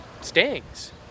stings